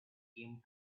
came